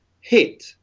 hit